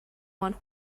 one